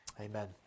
Amen